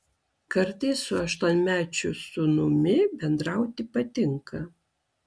kartais su aštuonmečiu sūnumi bendrauti patinka